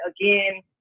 again